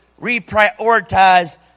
reprioritize